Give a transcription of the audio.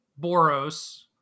Boros